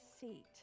seat